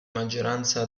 maggioranza